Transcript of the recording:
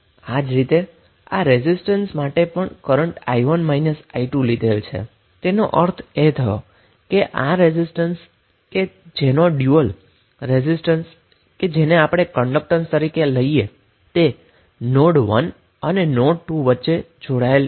તે જ રીતે આ રેઝિસ્ટન્સ માટે પણ કરન્ટ છે તેનો અર્થ એ થયો કે આ રેઝિસ્ટન્સ રેઝિસ્ટન્સનો ડયુઅલ કે જે કન્ડક્ટન્સ છે તે નોડ 1 અને નોડ 2 વચ્ચે જોડાયેલ હશે